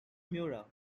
mura